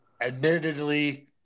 Admittedly